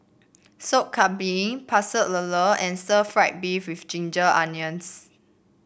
Sop Kambing Pecel Lele and stir fry beef with Ginger Onions